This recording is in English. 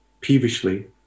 Peevishly